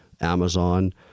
Amazon